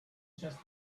just